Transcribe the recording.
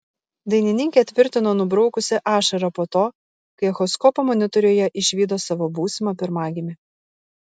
dainininkė tvirtino nubraukusi ašarą po to kai echoskopo monitoriuje išvydo savo būsimą pirmagimį